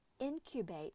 incubate